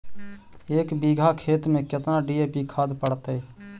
एक बिघा खेत में केतना डी.ए.पी खाद पड़तै?